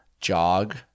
jog